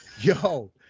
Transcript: Yo